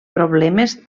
problemes